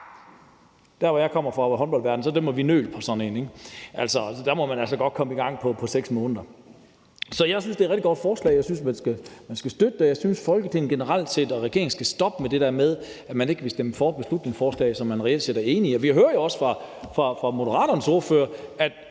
der, hvor jeg kommer fra, nemlig håndboldverdenen, dømmer vi nøl på sådan et udsagn. Man kan altså godt komme i gang i løbet af 6 måneder. Jeg synes, det er et rigtig godt forslag, og jeg synes, man skal støtte det. Jeg synes, at Folketinget og regeringen generelt set skal stoppe det der med, at man ikke vil stemme for beslutningsforslag, som man reelt set er enig i. Vi hører jo også fra Moderaternes ordfører, at